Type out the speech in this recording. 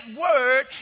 word